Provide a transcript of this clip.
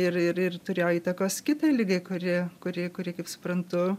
ir ir ir turėjo įtakos kitai ligai kuri kuri kuri kaip suprantu